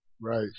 right